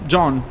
John